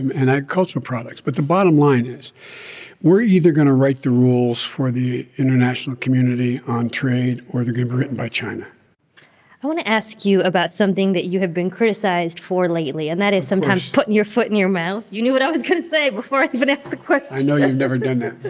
and agricultural products. but the bottom line is we're either going to write the rules for the international community on trade, or they're going to be written by china i want to ask you about something that you have been criticized for lately of course and that is sometimes putting your foot in your mouth. you knew what i was going to say before i even asked the question i know you've never done that